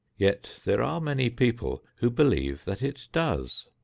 yet there are many people who believe that it does,